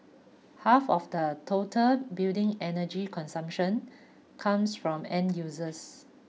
half of the total building energy consumption comes from end users